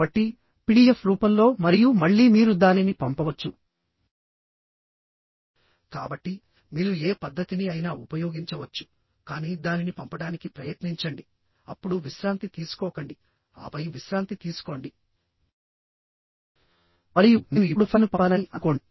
కాబట్టి పిడిఎఫ్ రూపంలో మరియు మళ్ళీ మీరు దానిని పంపవచ్చు కాబట్టిమీరు ఏ పద్ధతిని అయినా ఉపయోగించవచ్చు కానీ దానిని పంపడానికి ప్రయత్నించండి అప్పుడు విశ్రాంతి తీసుకోకండి ఆపై విశ్రాంతి తీసుకోండి మరియు నేను ఇప్పుడు ఫైల్ను పంపానని అనుకోండి